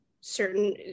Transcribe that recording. certain